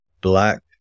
black